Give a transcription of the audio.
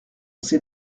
sait